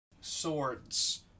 Swords